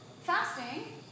fasting